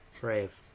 Brave